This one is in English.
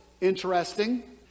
Interesting